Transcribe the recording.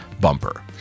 bumper